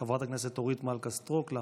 חברת הכנסת אורית מלכה סטרוק.